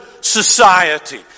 society